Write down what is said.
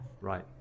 Right